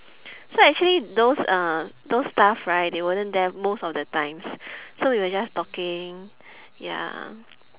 so actually those uh those staff right they wasn't there most of the times so we were just talking ya